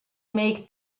make